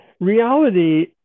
Reality